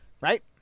right